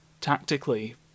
tactically